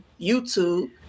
YouTube